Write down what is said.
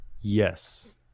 Yes